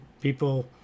people